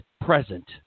present